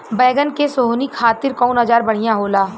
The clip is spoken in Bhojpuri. बैगन के सोहनी खातिर कौन औजार बढ़िया होला?